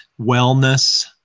wellness